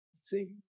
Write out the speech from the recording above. See